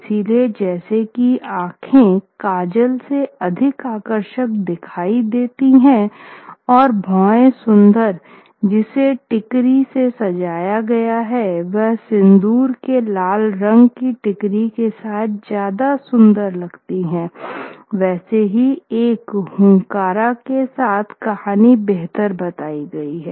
इसलिए जैसे कि आँखें काजल से अधिक आकर्षक दिखती हैं और भौंह सुंदर जिसे टिकरी से सजाया गया है वह सिंदूर के लाल रंग की टिकरी के साथ ज़्यादा सुन्दरलगती है वैसे ही एक हुनकारा के साथ कहानी बेहतर बताई गई है